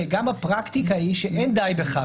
שגם בפרקטיקה אין די בכך,